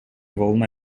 волна